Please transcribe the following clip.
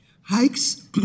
hikes